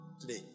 today